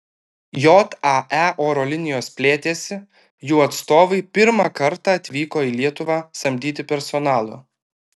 jae oro linijos plėtėsi jų atstovai pirmą kartą atvyko į lietuvą samdyti personalo